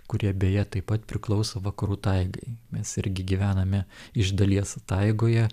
kurie beje taip pat priklauso vakarų taigai mes irgi gyvename iš dalies taigoje